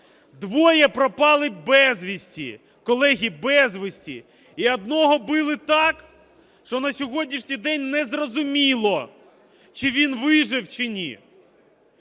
Двоє пропали безвісти (колеги, безвісти), і одного били так, що на сьогоднішній день не зрозуміло, чи він вижив, чи ні.